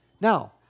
Now